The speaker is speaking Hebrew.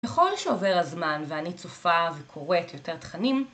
בכל שעובר הזמן ואני צופה וקוראת יותר תכנים